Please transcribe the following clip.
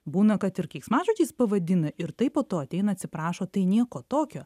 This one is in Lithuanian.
būna kad ir keiksmažodžiais pavadina ir tai po to ateina atsiprašo tai nieko tokio